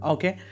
Okay